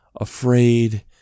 afraid